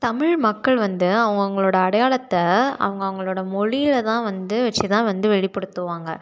தமிழ் மக்கள் வந்து அவுங்கவங்களோட அடையாளத்தை அவுங்கவங்களோட மொழியில் தான் வந்து வச்சி தான் வந்து வெளிப்படுத்துவாங்க